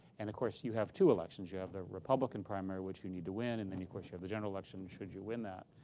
and, of course, you have two elections. you have the republican primary, which you need to win, and then, of course, you have the general election should you win that.